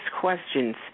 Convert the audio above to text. questions